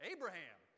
Abraham